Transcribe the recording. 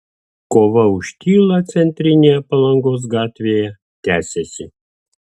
kova už tylą centrinėje palangos gatvėje tęsiasi